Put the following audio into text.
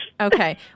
Okay